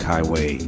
Highway